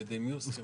על-ידי מי הוסכמו?